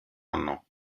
anno